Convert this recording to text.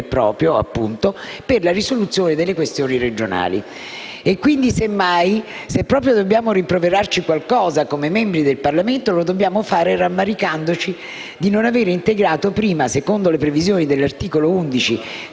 proprio, appunto, per la risoluzione delle questioni regionali. Semmai, se proprio dobbiamo rimproverarci qualcosa come membri del Parlamento, lo dobbiamo fare rammaricandoci di non aver integrato prima, secondo le previsioni dell'articolo 11